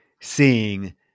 seeing